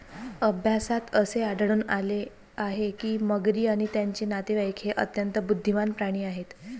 अभ्यासात असे आढळून आले आहे की मगरी आणि त्यांचे नातेवाईक हे अत्यंत बुद्धिमान प्राणी आहेत